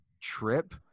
trip